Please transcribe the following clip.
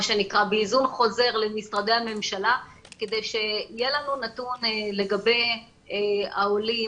מה שנקרא באיזון חוזר למשרדי הממשלה כדי שיהיה לנו נתון לגבי העולים,